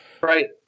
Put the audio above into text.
Right